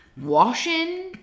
washing